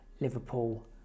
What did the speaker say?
Liverpool